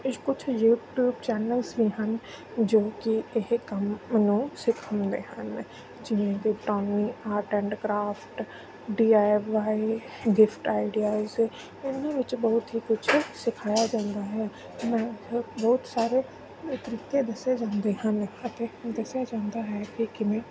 ਇਹ ਕੁਛ YouTube channels ਵੀ ਹਨ ਜੋ ਕਿ ਇਹ ਕੰਮ ਨੂੰ ਸਿਖਾਉਂਦੇ ਹਨ ਜਿਵੇਂ ਕਿ Tony art and craft D I Y gift ideas ਇਹਨਾਂ ਵਿੱਚ ਬਹੁਤ ਹੀ ਕੁਛ ਸਿਖਾਇਆ ਜਾਂਦਾ ਹੈ ਮੈਂ ਅ ਬਹੁਤ ਸਾਰੇ ਤਰੀਕੇ ਦੱਸੇ ਜਾਂਦੇ ਹਨ ਅਤੇ ਦੱਸਿਆ ਜਾਂਦਾ ਹੈ ਕਿ ਕਿਵੇਂ